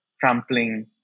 trampling